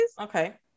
okay